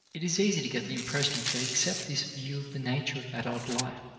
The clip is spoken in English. it is easy to get the impression that they accept this view of the nature of adult life,